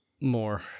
more